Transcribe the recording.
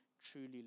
truly